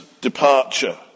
departure